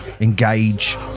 engage